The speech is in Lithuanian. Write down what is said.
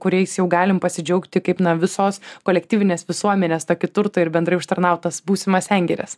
kuriais jau galim pasidžiaugti kaip na visos kolektyvinės visuomenės tokį turtą ir bendrai užtarnautas būsimas sengires